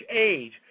age